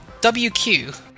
WQ